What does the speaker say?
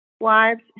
Wives